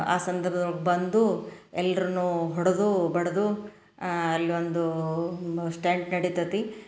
ಆ ಸಂದರ್ಭ್ದೊಳಗ್ ಬಂದು ಎಲ್ರನ್ನೂ ಹೊಡೆದು ಬಡಿದು ಅಲ್ಲೊಂದು ಮ ಸ್ಟಂಟ್ ನಡಿತತಿ